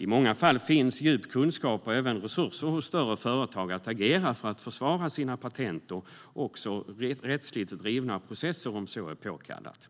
I många fall finns det djup kunskap och även resurser hos större företag att agera för att försvara sina patent och även driva rättsliga processer om så är påkallat.